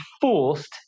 forced